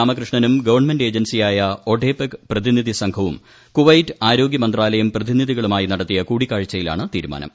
രാമകൃഷ്ണനും government ഏജൻസിയായ ഒഡെപെക് പ്രതിനിധി സംഘവും കുവൈറ്റ് ആരോഗ്യമന്ത്രാലയം പ്രതിനിധികളുമായി നടത്തിയ കൂടിക്കാഴ്ചയിലാണ് തീരുമാനം